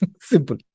simple